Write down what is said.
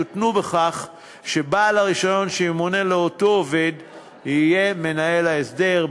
יותנה בכך שבעל הרישיון שימונה לאותו עובד יהיה מנהל ההסדר.